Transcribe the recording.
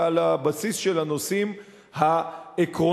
אלא על הבסיס של הנושאים העקרוניים.